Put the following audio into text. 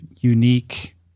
unique